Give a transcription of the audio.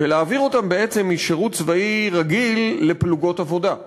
ולהעביר אותם בעצם משירות צבאי רגיל לפלוגות עבודה.